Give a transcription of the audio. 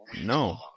No